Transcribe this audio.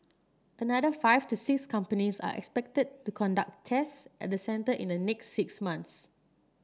another five to six companies are expected to conduct tests at the centre in the next six months